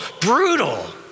brutal